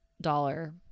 dollar